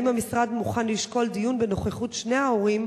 האם המשרד מוכן לשקול דיון בנוכחות שני ההורים